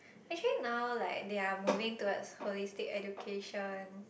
actually now like they're moving towards holistic education